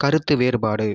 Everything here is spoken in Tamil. கருத்து வேறுபாடு